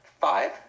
Five